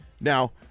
Now